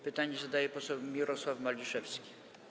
Pytanie zadaje poseł Mirosław Maliszewski.